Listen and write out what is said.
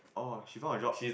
oh she found a job